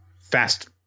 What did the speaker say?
fast